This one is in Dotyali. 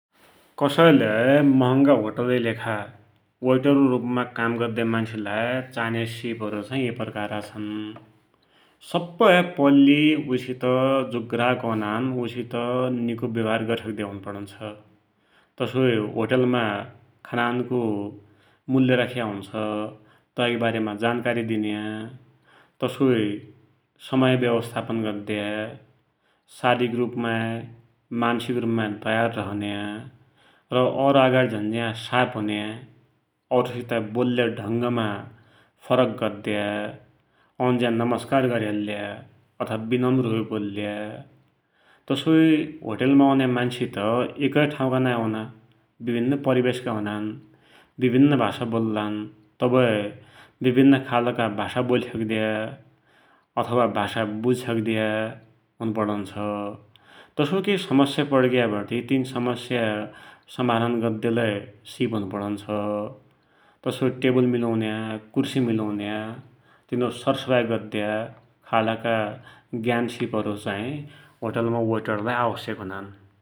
कसैलै महङ्गा होटलकी लेखा वेटर का रूपमा काम गद्द्या, मान्सलाई चाइन्या सिप हरू एक प्रकारका छन्, सपहै पैल्ली उइसित जु ग्राहक औनान उइसित निको व्यवहार गरि सक्या हुन पडुन्छ। तसोइ होटलमा खानानको मुल्य राख्या हुन्छ, तैकि वारेमा जानकारी दिन्या, तसोइ समय व्यवस्थापन गद्दया, शारीरिक रूपमा, मानसिक रूपमा तयार रहन्या, र औरका अगाडी झान्ज्या साप हुन्या, औरसित बोल्या ढङ्ग मा फरक गद्दया, औन्ज्या नमस्कार गरिहाल्या, अथवा विनम्र होइ वोल्या, तसोइ होटलमा औन्या मान्ससित, एकै ठाउका नाइ औना, विभिन्न परिवेसका हुनान, विभिन्न भाषा वोल्लान, तवै विभिन्न खालका भाषा बोलिसक्द्या, अथवा भाषा वुझीसक्द्द्या, हुन पटुन्छ। तसोइ केह समस्या पडिग्यावटे तिन समस्या समाधान गद्द्यालै सिप हुन पडुन्छ, तसोइ टेवुल मिलुन्या, कुर्सि मिलन्या, तनरो सरसफाई गद्द्या, खालका ज्ञान सिप चाहि होटलमा वेटरलाई आवश्यक हुनान।